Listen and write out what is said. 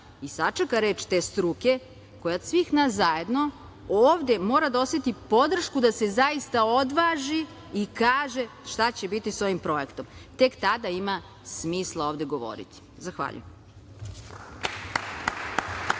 i sačeka reč te struke, koja od svih nas zajedno ovde mora da oseti podršku da se zaista odvaži i kaže šta će biti sa ovim projektom. Tek tada ima smisla ovde govoriti. Zahvaljujem.